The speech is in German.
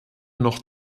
noch